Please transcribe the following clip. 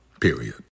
period